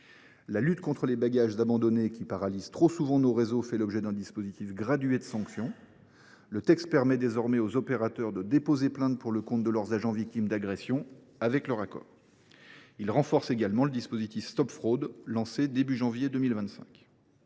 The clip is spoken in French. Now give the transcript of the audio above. La lutte contre les bagages abandonnés, qui paralysent trop souvent nos réseaux, fait l’objet d’un dispositif gradué de sanctions. Le texte permet désormais aux opérateurs de déposer plainte pour le compte de leurs agents victimes d’agressions, avec leur accord. Il renforce également le dispositif Stop fraude lancé au début du mois de janvier 2025.